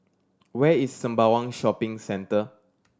where is Sembawang Shopping Centre